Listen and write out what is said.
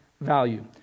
value